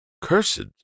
Cursed